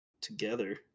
together